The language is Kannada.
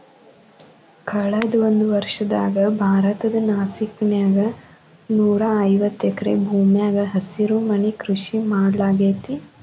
ಕಳದ ಒಂದ್ವರ್ಷದಾಗ ಭಾರತದ ನಾಸಿಕ್ ನ್ಯಾಗ ನೂರಾಐವತ್ತ ಎಕರೆ ಭೂಮ್ಯಾಗ ಹಸಿರುಮನಿ ಕೃಷಿ ಮಾಡ್ಲಾಗೇತಿ